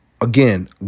again